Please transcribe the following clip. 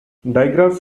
digraphs